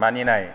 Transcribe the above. मानिनाय